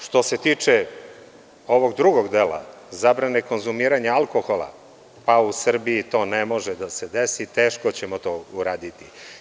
Što se tiče ovog drugog dela zabrane konzumiranja alkohola, pa u Srbiji to ne može da se desi, teško ćemo to uraditi.